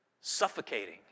suffocating